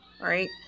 right